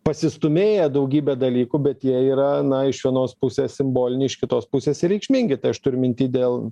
pasistūmėję daugybė dalykų bet jie yra na iš vienos pusės simboliniai iš kitos pusės ir reikšmingi tai aš turiu minty dėl